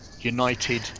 United